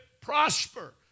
prosper